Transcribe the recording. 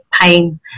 pain